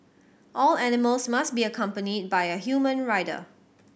all animals must be accompanied by a human rider